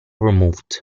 removed